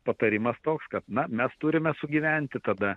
patarimas toks kad na mes turime sugyventi tada